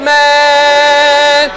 man